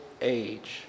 age